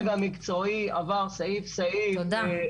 הדרג המקצועי עבר סעיף סעיף -- תודה.